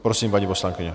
Prosím, paní poslankyně.